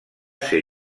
ser